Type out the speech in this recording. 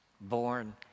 born